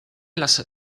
las